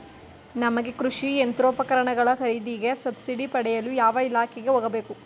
ನಮಗೆ ಕೃಷಿ ಯಂತ್ರೋಪಕರಣಗಳ ಖರೀದಿಗೆ ಸಬ್ಸಿಡಿ ಪಡೆಯಲು ಯಾವ ಇಲಾಖೆಗೆ ಹೋಗಬೇಕು?